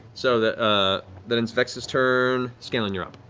so that ah that ends vex's turn. scanlan, you're up.